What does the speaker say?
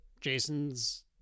Jason's